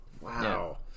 Wow